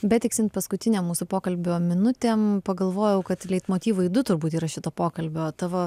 betiksint paskutinėm mūsų pokalbio minutėm pagalvojau kad leitmotyvai du turbūt yra šito pokalbio tavo